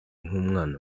nk’umwana